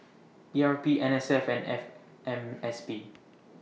E R P N S F and F M S P